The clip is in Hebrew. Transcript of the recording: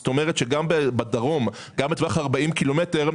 גם בדרום בטווח של 40 קילומטר,